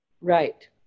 Right